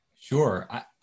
Sure